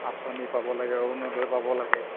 আঁচনি পাব লাগে অৰুণোদয় পাব লাগে